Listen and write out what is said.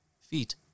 feet